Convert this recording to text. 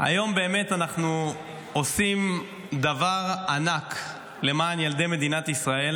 היום באמת אנחנו עושים דבר ענק למען ילדי מדינת ישראל.